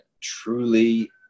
truly